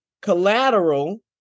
collateral